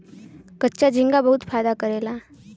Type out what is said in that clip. कच्चा झींगा बहुत फायदा करेला